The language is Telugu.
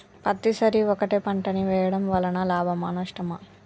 పత్తి సరి ఒకటే పంట ని వేయడం వలన లాభమా నష్టమా?